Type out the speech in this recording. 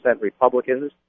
Republicans